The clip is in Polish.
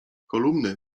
kolumny